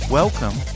welcome